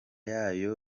yayo